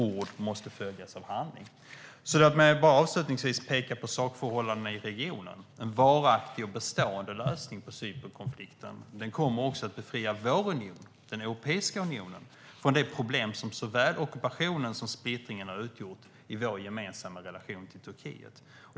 Ord måste följas av handling. Låt mig bara avslutningsvis peka på sakförhållandena i regionen. En varaktig och bestående lösning på Cypernkonflikten kommer också att befria vår union - Europeiska unionen - från de problem som såväl ockupationen som splittringen har utgjort i vår gemensamma relation till Turkiet.